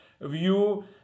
view